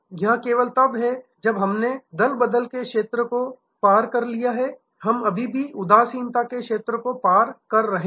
यह केवल तब है जब हमने दलबदल के क्षेत्र को पार कर लिया है हम अभी भी उदासीनता के क्षेत्र को पार कर रहे हैं